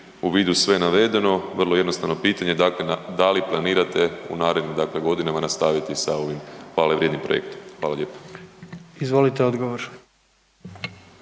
u vidu sve navedeno, vro jednostavno pitanje, da li planirate u narednim godinama nastaviti sa ovim hvale vrijednim projektom? Hvala lijepa. **Jandroković,